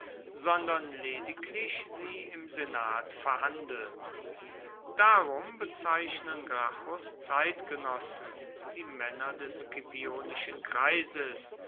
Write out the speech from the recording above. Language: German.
sondern lediglich sie im senat verhandelt darum bezeichnen gracchus zeitgenossen die männer des scipionischen kreises